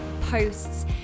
posts